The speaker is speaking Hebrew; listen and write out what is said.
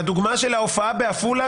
הדוגמה של ההופעה בעפולה,